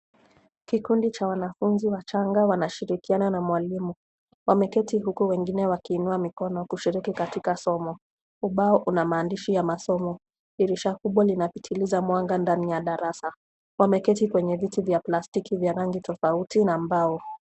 Kikundi cha wanafunzi wachanga wanashirikiana na mwalimu. Wameketi huku wengine wakiinua mikononi kushiriki katika somo. Ubao una maandishi ya masomo. Dirisha kubwa linapitiliza mwanga ndani ya darasa. Wameketi kwenye viti vya plastiki vya rangi tofauti na mbao.